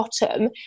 bottom